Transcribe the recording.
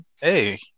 Hey